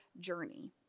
journey